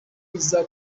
iza